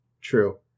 True